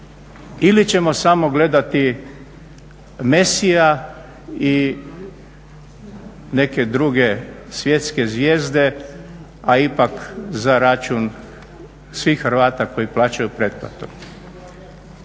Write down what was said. ili ćemo samo gledati Messija i neke druge svjetske zvijezde, a ipak za račun svih Hrvata koji plaćaju pretplatu.